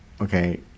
okay